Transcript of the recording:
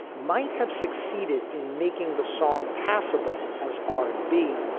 might have succeeded in making the song passable as r and b.